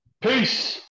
peace